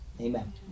Amen